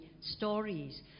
stories